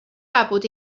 babbled